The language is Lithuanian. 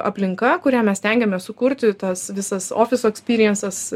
aplinka kurią mes stengiamės sukurti tas visas ofiso ekspyriensas